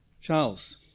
Charles